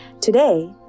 Today